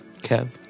Kev